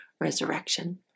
resurrection